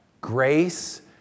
grace